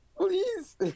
Please